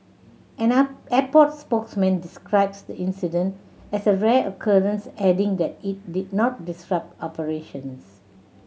an airport spokesman described the incident as a rare occurrence adding that it did not disrupt operations